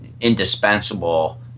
indispensable